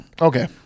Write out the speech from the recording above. Okay